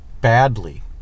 badly